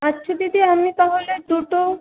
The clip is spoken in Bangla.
আচ্ছা দিদি আমি তাহলে দুটো